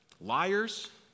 Liars